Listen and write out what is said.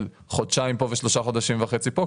של חודשיים פה ושלושה חודשים וחצי פה,